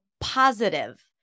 positive